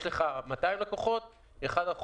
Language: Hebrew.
יש לך 200 לקוחות, 1%